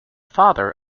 father